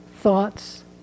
thoughts